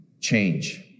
change